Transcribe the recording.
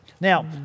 Now